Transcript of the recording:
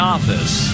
Office